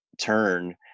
turn